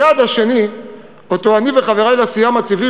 היעד השני שאני וחברי לסיעה מציבים